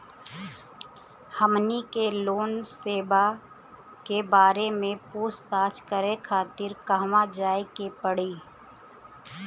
हमनी के लोन सेबा के बारे में पूछताछ करे खातिर कहवा जाए के पड़ी?